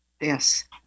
Yes